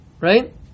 right